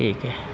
ठीक ऐ